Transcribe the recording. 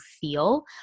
feel